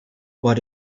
what